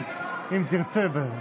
אם תרצה בהן.